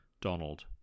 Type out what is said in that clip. Donald